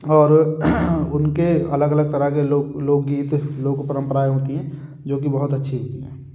और उनके अलग अलग तरह के लोक लोक गीत लोक परम्पराएँ होती हैं जो कि बहुत अच्छी होती हैं